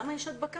למה יש הדבקה?